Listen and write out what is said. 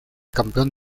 campeón